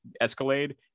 Escalade